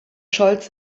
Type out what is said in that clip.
scholz